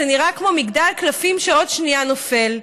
זה נראה כמו מגדל קלפים שעוד שנייה נופל,